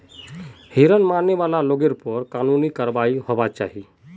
हिरन मारने वाला लोगेर पर कानूनी कारवाई होबार चाई